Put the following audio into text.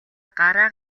гараа